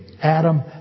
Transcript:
Adam